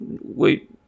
Wait